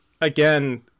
again